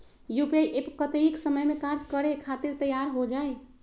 UPI app कतेइक समय मे कार्य करे खातीर तैयार हो जाई?